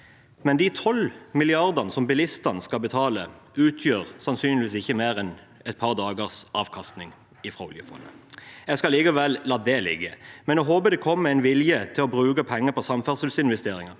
De 12 mrd. kr som bilistene skal betale, utgjør sannsynligvis ikke mer enn et par dagers avkastning fra oljefondet. Jeg skal likevel la det ligge. Jeg håper det kommer en vilje til å bruke penger på samferdselsinvesteringer